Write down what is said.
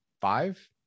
five